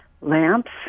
lamps